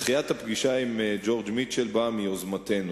דחיית הפגישה עם ג'ורג' מיטשל באה ביוזמתנו.